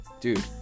Dude